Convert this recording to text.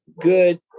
good